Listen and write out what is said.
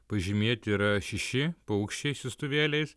pažymėti yra šeši paukščiai siųstuvėliais